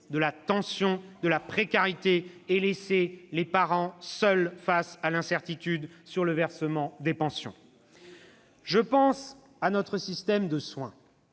de la tension, de la précarité et laisser les familles seules face à l'incertitude sur le versement des pensions. « Je pense à notre système de soins.